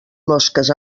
mosques